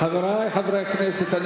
חברי חברי הכנסת,